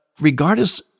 regardless